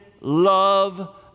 love